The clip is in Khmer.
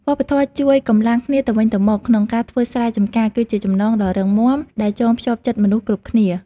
វប្បធម៌ជួយកម្លាំងគ្នាទៅវិញទៅមកក្នុងការធ្វើស្រែចម្ការ គឺជាចំណងដ៏រឹងមាំដែលចងភ្ជាប់ចិត្តមនុស្សគ្រប់គ្នា។